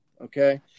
okay